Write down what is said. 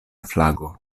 flago